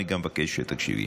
אני מבקש שתקשיבי.